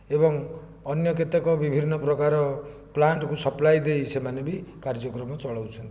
ଏବଂ ଅନ୍ୟ କେତେକ ବିଭିନ୍ନପ୍ରକାର ପ୍ଲାଣ୍ଟ କୁ ସପ୍ଲାଏ ଦେଇ ସେମାନେ ବି କାର୍ଯ୍ୟକ୍ରମ ଚଳଉଛନ୍ତି